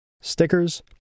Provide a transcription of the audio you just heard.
stickers